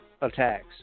attacks